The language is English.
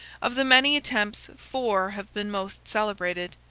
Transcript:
of the many attempts four have been most celebrated,